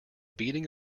beating